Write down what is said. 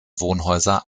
wohnhäuser